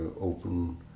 open